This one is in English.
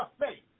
faith